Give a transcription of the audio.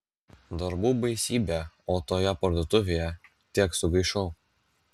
darbų baisybė o toje parduotuvėje tiek sugaišau